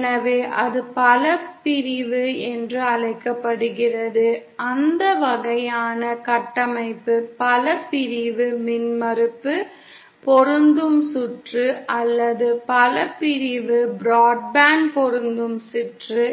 எனவே அது பல பிரிவு என்று அழைக்கப்படுகிறது அந்த வகையான கட்டமைப்பு பல பிரிவு மின்மறுப்பு பொருந்தும் சுற்று அல்லது பல பிரிவு பிராட்பேண்ட் பொருந்தும் சுற்று